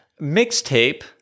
Mixtape